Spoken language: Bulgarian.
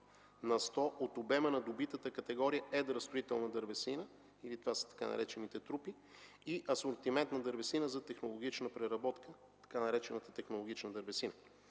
на сто от обема на добитата категория едра строителна дървесина – това са така наречените трупи, и асортиментна дървесина за технологична преработка – така наречената технологична дървесина.